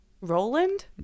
Roland